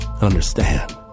understand